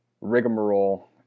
rigmarole